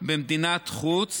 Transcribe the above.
במדינת חוץ